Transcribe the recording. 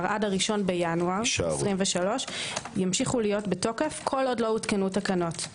עד 1.1.23 ימשיכו להיות בתוקף כל עוד לא הותקנו תקנות.